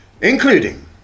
Including